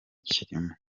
kirimo